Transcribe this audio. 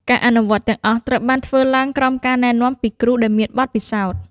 ការអនុវត្តទាំងអស់ត្រូវបានធ្វើឡើងក្រោមការណែនាំពីគ្រូដែលមានបទពិសោធន៍។